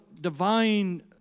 divine